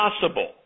possible